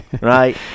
right